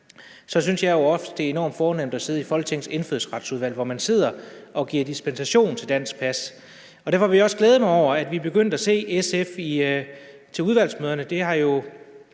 pas, synes jeg jo også, det er enormt fornemt at sidde i Folketingets Indfødsretsudvalg, hvor man sidder og giver dispensation til dansk pas. Derfor vil jeg også glæde mig over, at vi er begyndt at se SF til udvalgsmøderne.